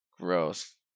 Gross